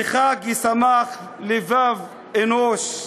וחג ישמח לבב אנוש.